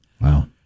Wow